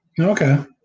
Okay